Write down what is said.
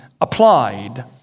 applied